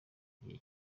gihe